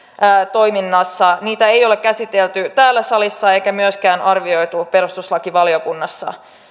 toiminnassa niitä ei ole käsitelty täällä salissa eikä myöskään arvioitu perustuslakivaliokunnassa